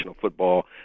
football